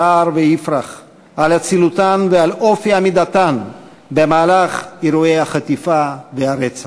שער ויפרח על אצילותן ועל אופי עמידתן באירועי החטיפה והרצח.